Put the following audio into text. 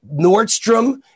Nordstrom